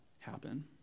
happen